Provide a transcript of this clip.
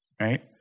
right